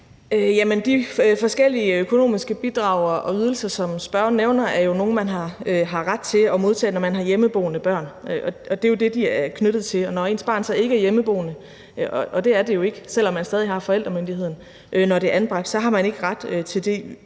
økonomiske bidrag og ydelser, som spørgeren nævner, er jo nogle, man har ret til at modtage, når man har hjemmeboende børn, og det er jo det, de er knyttet til. Og når ens barn så ikke er hjemmeboende – og det er det jo ikke, selv om man stadig har forældremyndigheden, når det er anbragt – har man ikke ret til de